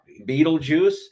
Beetlejuice